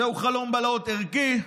זהו חלום בלהות ערכי,